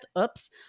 oops